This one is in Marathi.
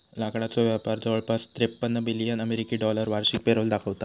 लाकडाचो व्यापार जवळपास त्रेपन्न बिलियन अमेरिकी डॉलर वार्षिक पेरोल दाखवता